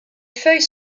feuilles